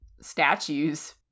statues